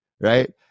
right